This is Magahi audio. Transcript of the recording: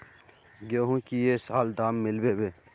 गेंहू की ये साल दाम मिलबे बे?